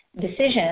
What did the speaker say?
decision